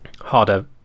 Harder